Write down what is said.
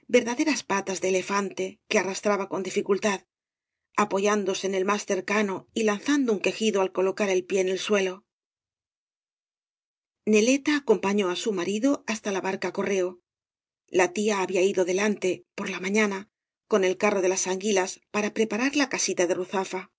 verdaderas patas de elefante que arrastraba con dificultad apoyándose en el más cercano y lanzando un quejido al colocar el pie en el suelo neieta acompañó á su marido hasta la barcacorreo la tía había ido delante por la mañana n el carro de las anguilas para preparar la casita de ruzafa lo